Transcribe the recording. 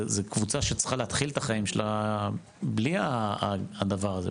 זו קבוצה שצריכה להתחיל את החיים שלה בלי הדבר הזה,